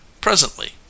Presently